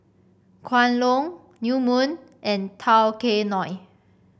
Kwan Loong New Moon and Tao Kae Noi